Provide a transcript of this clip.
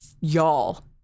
Y'all